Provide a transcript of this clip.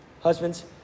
Husbands